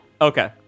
Okay